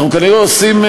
אנחנו כנראה עושים,